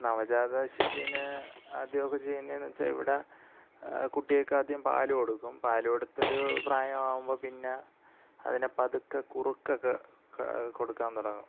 നവജാത ശിശുവിനെ ആദ്യമൊക്കെ ചെയ്യുന്നത് എന്നു വെച്ചാൽ ഇവിടെ കുട്ടിക്ക് ആദ്യം പാല് കൊടുക്കും പാല് കൊടുത്തൊരു പ്രായമാകുമ്പം പിന്നെ അതിനു പതുക്കെ കുറുക്കൊക്കെ കാ കൊടുക്കാൻ തുടങ്ങും